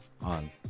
on